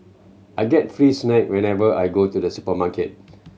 I get free snack whenever I go to the supermarket